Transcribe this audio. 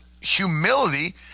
humility